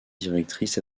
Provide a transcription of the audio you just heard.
directrice